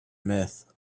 myth